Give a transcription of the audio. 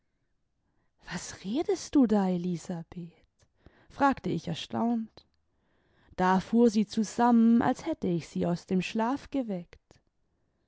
was redest du da elisabeth fragte ich erstaunt da fuhr sie zusammen als hätte ich sie aus dem schlaf geweckt